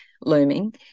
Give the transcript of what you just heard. looming